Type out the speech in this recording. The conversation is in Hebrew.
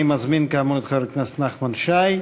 אני מזמין, כאמור, את חבר הכנסת נחמן שי,